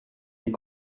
est